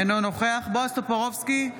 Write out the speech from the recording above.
אינו נוכח בועז טופורובסקי,